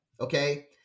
okay